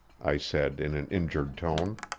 i said in an injured tone.